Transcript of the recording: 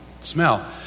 smell